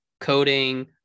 coding